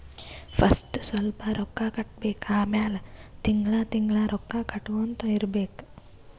first ಸ್ವಲ್ಪ್ ರೊಕ್ಕಾ ಕಟ್ಟಬೇಕ್ ಆಮ್ಯಾಲ ತಿಂಗಳಾ ತಿಂಗಳಾ ರೊಕ್ಕಾ ಕಟ್ಟಗೊತ್ತಾ ಇರ್ಬೇಕ್